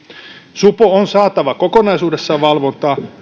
supo on saatava kokonaisuudessaan valvontaan